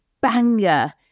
banger